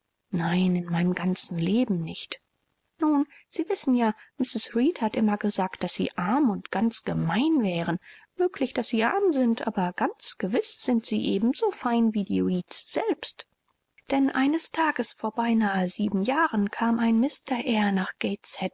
nein in meinem ganzen leben nicht nun sie wissen ja mrs reed hat immer gesagt daß sie arm und ganz gemein wären möglich daß sie arm sind aber ganz gewiß sind sie ebenso fein wie die reeds selbst denn eines tages vor beinahe sieben jahren kam ein mr eyre nach